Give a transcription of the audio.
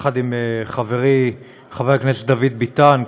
יחד עם חברי חבר הכנסת דוד ביטן,